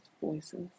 voices